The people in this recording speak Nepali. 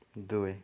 दुबई